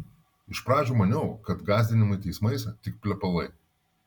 iš pradžių maniau kad gąsdinimai teismais tik plepalai